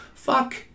Fuck